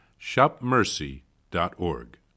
shopmercy.org